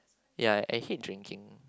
ya I hate drinking